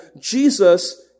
Jesus